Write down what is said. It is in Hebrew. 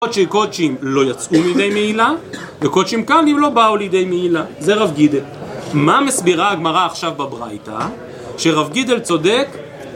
קודשי קודשים לא יצאו לידי מעילה, וקודשים קודים לא באו לידי מעילה. זה רב גידל. מה מסבירה הגמרא עכשיו בברייתה, שרב גידל צודק?